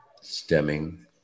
stemming